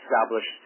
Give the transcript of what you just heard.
established